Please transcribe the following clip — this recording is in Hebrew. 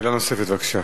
שאלה נוספת, בבקשה.